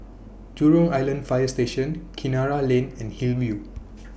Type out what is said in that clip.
Jurong Island Fire Station Kinara Lane and Hillview